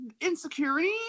insecurity